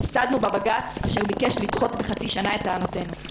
הפסדנו בבג"ץ אשר ביקש לדחות בחצי שנה את טענותינו.